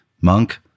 Monk